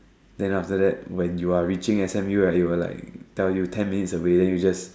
then after that when you are reaching S_M_U right it will like tell you ten minutes away then you just